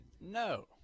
No